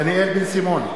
דניאל בן-סימון,